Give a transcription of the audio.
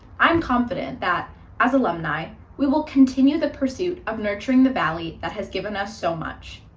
i'm confident that as alumni, we will continue the pursuit of nurturing the valley that has given us so much.